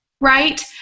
Right